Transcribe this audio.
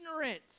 ignorant